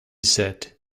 said